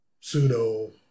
pseudo